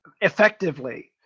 effectively